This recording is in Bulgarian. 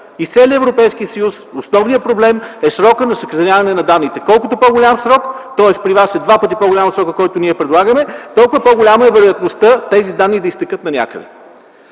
В целия Европейски съюз основният проблем е срокът за съхраняване на данните. Колкото по-голям е срокът – при вас е два пъти по-голям от този, който ние предлагаме - толкова по-голяма е вероятността тези данни да изтекат нанякъде.